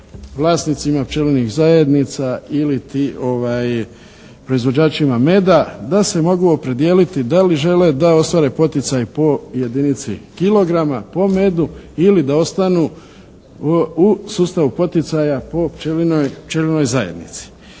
vlasnicima pčelnih zajednica iliti proizvođačima meda da se mogu opredijeliti da li žele da ostvare poticaj po jedinici kilograma, po medu ili da ostanu u sustavu poticaja po pčelinoj zajednici.